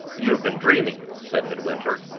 you have been dreaming, said midwinter,